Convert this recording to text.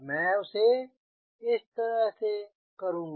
मैं उसे इस तरह से करूँगा